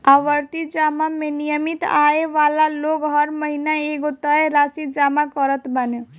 आवर्ती जमा में नियमित आय वाला लोग हर महिना एगो तय राशि जमा करत बाने